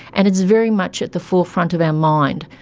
and it's very much at the forefront of our mind.